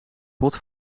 bot